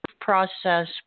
process